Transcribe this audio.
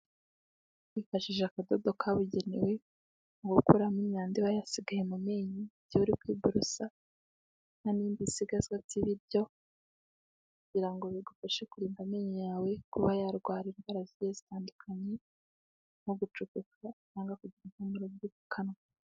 Bifashishije akadodo kabugenewe mu gukuramo imyanda iba yasigaye mu menyo igihe uri kwiborosa ukuramo ibisigazwa by'ibiryo kugira ngo bigufashe kurinda amenyo yawe kuba yarwara indwara zigiye zitandukanye nko gucukuka ukanga gusiga amafunguro mu kanwa.